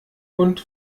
und